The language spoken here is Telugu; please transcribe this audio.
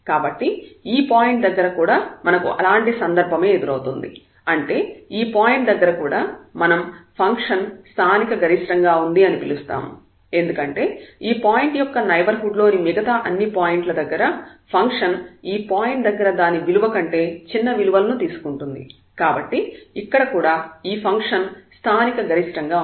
కాబట్టి ఈ పాయింట్ దగ్గర కూడా మనకు అలాంటి సందర్భమే ఎదురవుతుంది అంటే ఈ పాయింట్ దగ్గర కూడా మనం ఫంక్షన్ స్థానికగరిష్టం గా ఉంది అని పిలుస్తాము ఎందుకంటే ఈ పాయింట్ యొక్క నైబర్హుడ్ లోని మిగతా అన్ని పాయింట్ల దగ్గర ఫంక్షన్ ఈ పాయింట్ దగ్గర దాని విలువ కంటే చిన్న విలువలను తీసుకుంటుంది కాబట్టి ఇక్కడ కూడా ఈ ఫంక్షన్ స్థానికగరిష్టం గా ఉంది